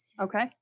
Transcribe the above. Okay